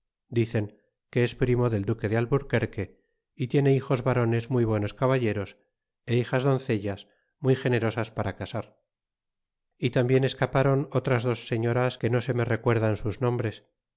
dicen que es primo del duque de alburquerque y tiene hijos varones muy buenos caballeros é hilas doncellas muy generosas para casar é tambien escapron otras dos señoras que no se me recuerdan sus nombres